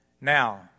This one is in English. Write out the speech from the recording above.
Now